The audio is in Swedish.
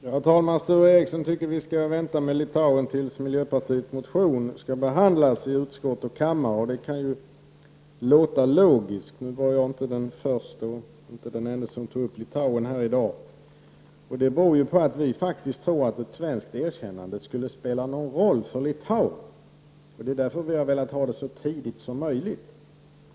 Herr talman! Sture Ericson tycker att vi skall vänta med Litauen tills miljöpartiets motion skall behandlas i utskottet och kammaren, och det kan ju låta logiskt. Jag var emellertid varken den förste eller den ende som tog upp Litauen här i dag. Att vi tar upp frågan beror ju faktiskt på att vi tror att ett svenskt erkännande skulle spela en roll för Litauen. Det är därför vi har velat ha debatten så tidigt som möjligt.